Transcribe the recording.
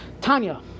Tanya